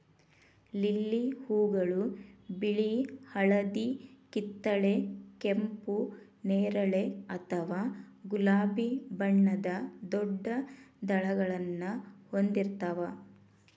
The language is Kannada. ಲಿಲ್ಲಿ ಹೂಗಳು ಬಿಳಿ, ಹಳದಿ, ಕಿತ್ತಳೆ, ಕೆಂಪು, ನೇರಳೆ ಅಥವಾ ಗುಲಾಬಿ ಬಣ್ಣದ ದೊಡ್ಡ ದಳಗಳನ್ನ ಹೊಂದಿರ್ತಾವ